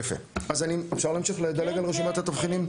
יפה, אז אפשר להמשיך ולדלג על רשימת התבחינים?